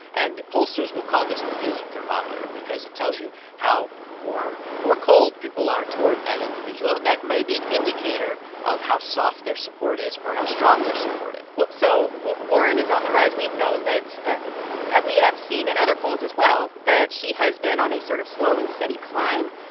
and pollsters will call this the feeling thermometer because it tells you how warm or cold people are toward that individual. and that may be an indicator of how soft their support is or how strong their support is well, so what warren is on the rise. we've known that and we have seen in other polls as well that she has been on a sort of slow and steady climb.